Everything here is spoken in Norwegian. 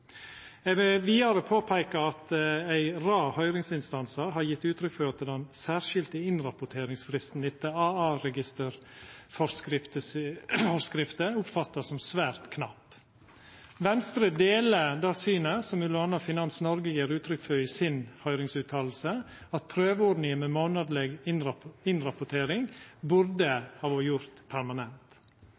Eg vil vidare påpeika at ei rad høyringsinstansar har gjeve uttrykk for at den særskilde innrapporteringsfristen etter Aa-registerforskrifta vert oppfatta som svært knapp. Venstre deler det synet, som òg m.a. Finans Norge gjev uttrykk for i si høyringsfråsegn, at prøveordninga med månadleg innrapportering burde verta gjord permanent.